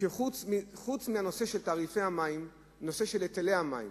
שחוץ מהנושא של תעריפי המים הנושא של היטלי המים,